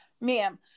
ma'am